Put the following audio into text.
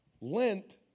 Lent